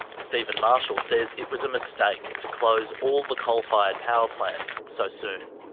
steven marshall says it was a mistake to close all the coal-fired power plants so soon.